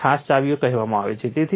તેમને ખાસ ચાવીઓ કહેવામાં આવે છે